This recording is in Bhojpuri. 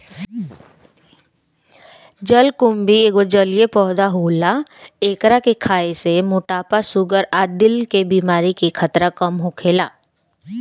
जलकुम्भी एगो जलीय पौधा होला एकरा के खाए से मोटापा, शुगर आ दिल के बेमारी के खतरा कम होखेला